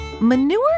Manure